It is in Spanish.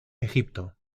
egipto